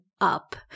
up